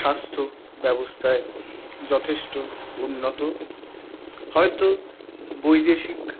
স্বাস্থ্য ব্যবস্থায় যথেষ্ট উন্নত হয়তো বৈদেশিক